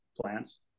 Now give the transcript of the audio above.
plants